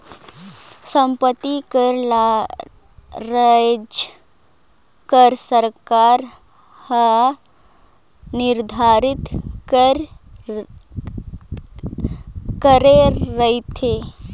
संपत्ति कर ल राएज कर सरकार हर निरधारित करे रहथे